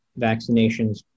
vaccinations